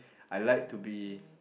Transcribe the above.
I like to be